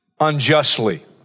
unjustly